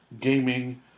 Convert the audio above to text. gaming